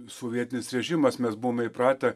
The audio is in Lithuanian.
sovietinis režimas mes buvom įpratę